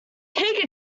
take